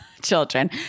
children